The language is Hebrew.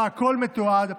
שבה הכול מתועד,